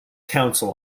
council